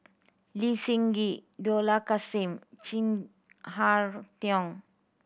Lee Seng Gee Dollah Kassim Chin Harn Tong